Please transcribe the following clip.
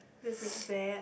this is bad